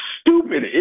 stupid